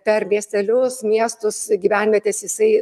per miestelius miestus gyvenvietes jisai